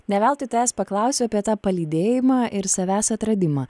ne veltui tavęs paklausiau apie tą palydėjimą ir savęs atradimą